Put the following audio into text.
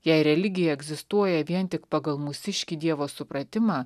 jei religija egzistuoja vien tik pagal mūsiškį dievo supratimą